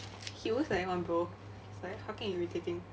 he always like that [one] bro it's like fucking irritating